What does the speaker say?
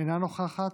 אינה נוכחת,